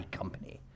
company